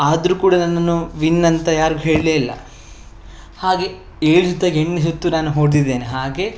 ಆದರೂ ಕೂಡ ನನ್ನನ್ನು ವಿನ್ ಅಂತ ಯಾರಿಗು ಹೇಳಲೇ ಇಲ್ಲ ಹಾಗೆ ಏಳು ಸುತ್ತಾಗಿ ಎಂಟನೆ ಸುತ್ತು ನಾನು ಹೋಡೆದಿದ್ದೇನೆ ಹಾಗೆ